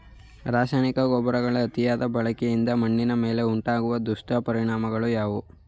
ರಾಸಾಯನಿಕ ಗೊಬ್ಬರಗಳ ಅತಿಯಾದ ಬಳಕೆಯಿಂದ ಮಣ್ಣಿನ ಮೇಲೆ ಉಂಟಾಗುವ ದುಷ್ಪರಿಣಾಮಗಳು ಯಾವುವು?